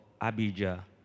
Abijah